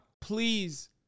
Please